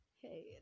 hey